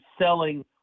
selling